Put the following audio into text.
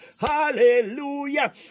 Hallelujah